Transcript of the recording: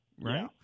Right